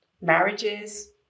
marriages